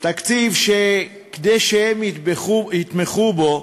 תקציב שכדי שהם יתמכו בו